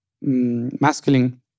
masculine